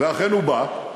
ואכן הוא בא,